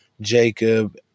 Jacob